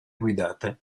guidate